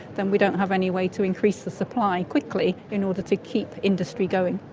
then we don't have any way to increase the supply quickly in order to keep industry going.